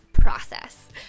process